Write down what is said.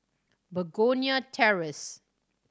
Begonia Terrace